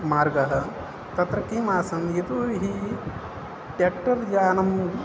मार्गः तत्र किम् आसन् यतो हि टेक्टर् यानं